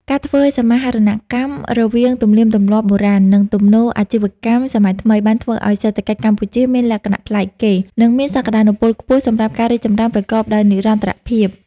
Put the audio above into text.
ការធ្វើសមាហរណកម្មរវាងទំនៀមទម្លាប់បុរាណ និងទំនោរអាជីវកម្មសម័យថ្មី បានធ្វើឱ្យសេដ្ឋកិច្ចកម្ពុជាមានលក្ខណៈប្លែកគេ និងមានសក្តានុពលខ្ពស់សម្រាប់ការរីកចម្រើនប្រកបដោយនិរន្តរភាព។